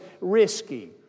risky